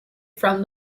from